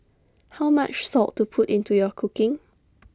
how much salt to put into your cooking